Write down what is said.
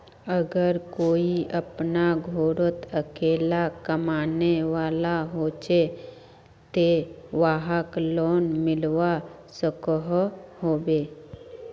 अगर कोई अपना घोरोत अकेला कमाने वाला होचे ते वाहक लोन मिलवा सकोहो होबे?